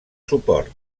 suport